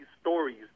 stories